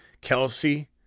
Kelsey